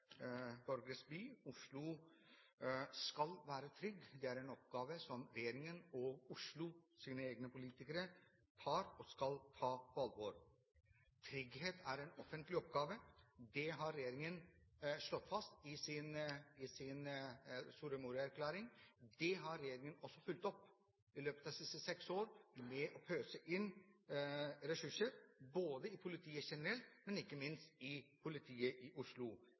borgeres by. Oslo skal være trygg, det er en oppgave som regjeringen og Oslos egne politikere tar og skal ta på alvor. Trygghet er en offentlig oppgave, det har regjeringen slått fast i Soria Moria-erklæringen. Det har regjeringen også fulgt opp i løpet av de siste seks år ved å pøse inn ressurser i politiet generelt, men ikke minst i politiet i Oslo.